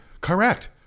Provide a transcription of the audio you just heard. Correct